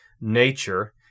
nature